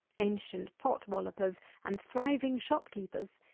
ancient pot-wallopers, and thriving shopkeepers,